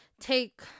take